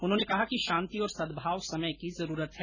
उन्होंने कहा कि शांति और सदभाव समय की जरूरत है